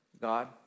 God